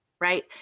right